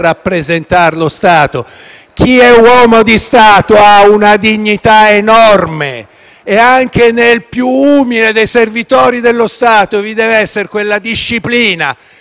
Chi è uomo di Stato ha una dignità enorme e anche nel più umile dei servitori dello Stato vi deve essere quella disciplina, quell'onore che fa sì